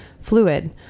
fluid